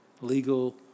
legal